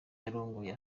yarongoye